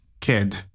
kid